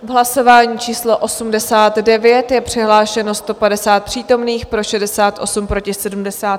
V hlasování číslo 89 je přihlášeno 150 přítomných, pro 68, proti 70.